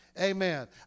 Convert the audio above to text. Amen